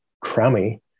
crummy